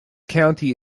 county